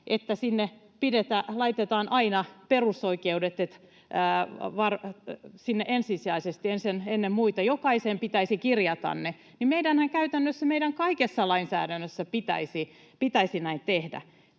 että sinne laitetaan aina perusoikeudet ensisijaisesti ennen muita, että jokaiseen pitäisi kirjata ne, niin käytännössähän meidän kaikessa lainsäädännössä pitäisi näin tehdä.